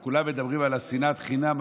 הם כולם מדברים על שנאת חינם,